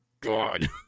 god